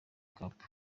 cup